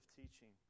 teaching